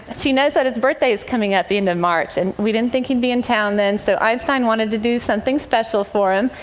she knows that his birthday is coming up at the end of march. and we didn't think he'd be in town then, so einstein wanted to do something special for him.